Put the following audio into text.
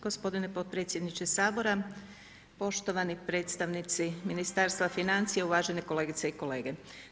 Gospodine potpredsjedniče Sabora, poštovani predstavnici Ministarstva financija, uvažene kolegice i kolege.